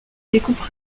découpe